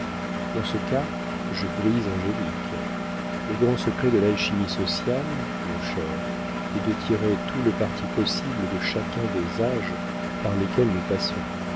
dans ce cas je brise angélique le grand secret de l'alchimie sociale mon cher est de tirer tout le parti possible de chacun des âges par lesquels nous passons